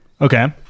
Okay